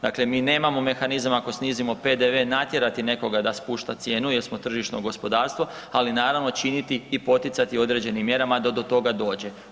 Dakle mi nemamo mehanizama ako snizimo PDV, natjerati nekoga da spušta cijenu jer smo tržišno gospodarstvo ali naravno, činiti i poticati određenim mjerama da do toga dođe.